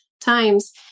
times